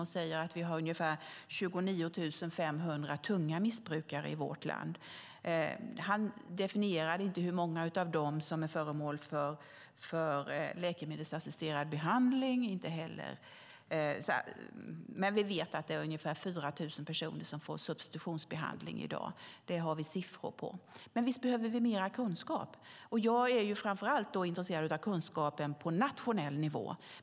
Han säger att vi har ungefär 29 500 tunga missbrukare i vårt land. Han definierade inte hur många av dem som är föremål för läkemedelsassisterad behandling, men vi vet att det är ungefär 4 000 personer som får substitutionsbehandling i dag. Det har vi siffror på. Visst behöver vi mer kunskap. Jag är framför allt intresserad av kunskapen på nationell nivå.